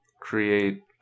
create